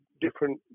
different